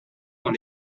dans